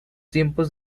tiempos